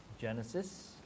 Genesis